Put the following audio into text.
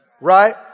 Right